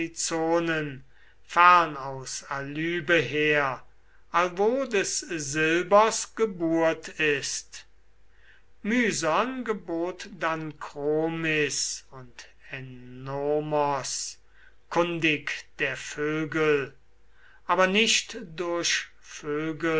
fern aus alybe her allwo des silbers geburt ist mysern gebot dann chromis und ennomos kundig der vögel aber nicht durch vögel